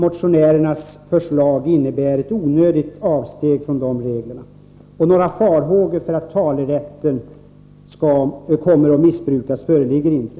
Motionärernas förslag innebär ett onödigt avsteg från de reglerna. Några farhågor för att talerätten kommer att missbrukas föreligger inte.